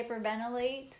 hyperventilate